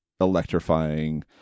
electrifying